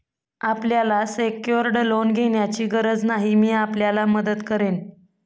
आपल्याला secured loan घेण्याची गरज नाही, मी आपल्याला मदत करेन